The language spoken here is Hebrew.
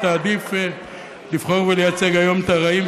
עדיף לבחור ולייצג היום את הרעים,